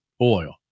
Oil